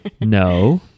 No